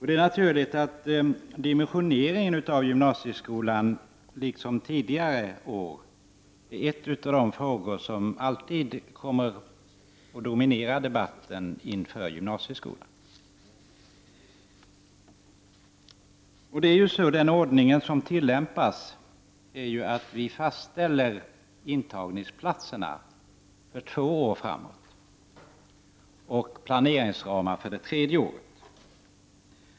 Det är naturligt att dimensioneringen av gymnasiekolan liksom tidigare år är en av de frågor som kommer att dominera debatten om gymnasieskolan. Den ordning som tillämpas är att vi fastställer antalet intagningsplatser för två år framåt och planeringsramar för det tredje året.